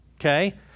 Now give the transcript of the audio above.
Okay